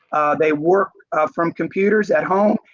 they work from computers, at home,